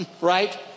Right